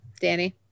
Danny